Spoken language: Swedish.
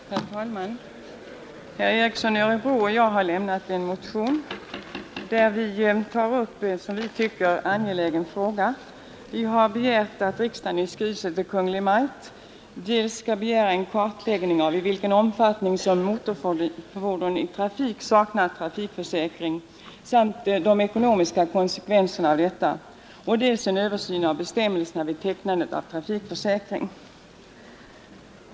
Herr talman! Herr Ericson i Örebro och jag har avlämnat en motion, vari vi tar upp en som vi tycker angelägen fråga. Vi har nämligen begärt att riksdagen i skrivelse till Kungl. Maj:t begär dels en kartläggning av i vilken omfattning motorfordon i trafik saknar trafikförsäkring samt de ekonomiska konsekvenserna därav, dels en översyn av bestämmelserna vid tecknandet av trafikförsäkring.